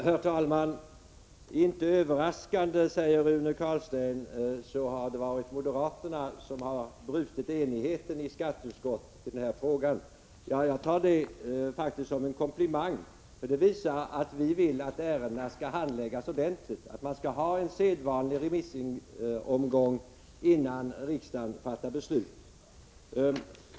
Herr talman! Inte överraskande, säger Rune Carlstein, har det varit moderaterna som brutit enigheten i skatteutskottet i den här frågan. Jag tar det som en komplimang, för det visar att vi vill att ärendena skall handläggas ordentligt, att man skall ha en sedvanlig remissomgång innan riksdagen fattar beslut.